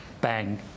bang